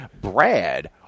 Brad